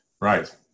Right